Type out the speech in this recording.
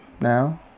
now